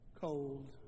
cold